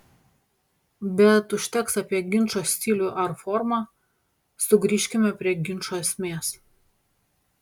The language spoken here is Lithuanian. bet užteks apie ginčo stilių ar formą sugrįžkime prie ginčo esmės